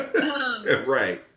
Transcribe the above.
Right